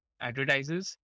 advertises